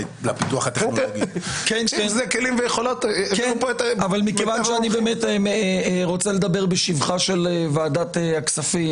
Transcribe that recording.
אבל מכיוון שאני באמת רוצה לדבר בשבחה של ועדת הכספים,